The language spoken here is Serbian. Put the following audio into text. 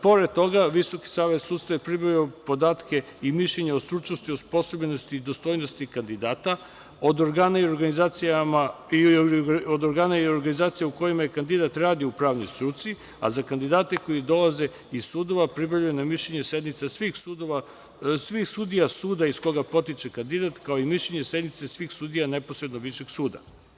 Pored toga, Visoki savet sudstva je pribavio podatke i mišljenja o stručnosti, osposobljenosti i dostojnosti kandidata od organa i organizacija u kojima je kandidat radio u pravnoj struci, a za kandidate koji dolaze iz sudova pribavljeno je mišljenje svih sudija suda iz koga potiče kandidat, kao mišljenje sednice svih sudija neposrednog Višeg suda.